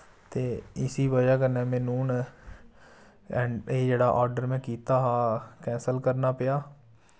ते इसी वजह कन्नै मेनू हुन एह् जेह्ड़ा आर्डर में कीत्ता हा कैंसल करना पेआ